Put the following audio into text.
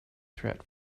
threat